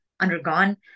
undergone